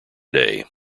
day